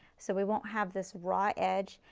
so we won't have this raw edge.